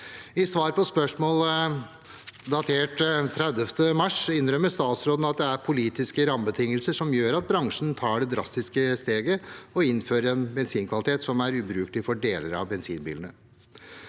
I svar på spørsmål datert 30. mars innrømmer statsråden at det er politiske rammebetingelser som gjør at bransjen tar det drastiske steget og innfører en bensinkvalitet som er ubrukelig for deler av bensinbilene.